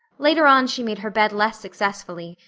later on she made her bed less successfully,